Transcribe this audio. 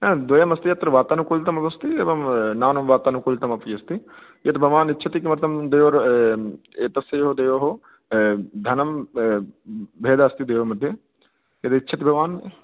द्वयमस्ति अत्र वातानुकूलितमपि अस्ति एवं नान् वातानुकूलितमपि यद् भवान् इच्छति किमर्थं द्वयोः एतयोः द्वयोः धनं भेदः अस्ति द्वयोः मध्ये यदि इच्छति भवान्